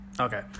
Okay